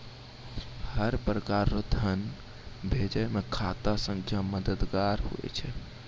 हर प्रकार रो धन भेजै मे खाता संख्या मददगार हुवै छै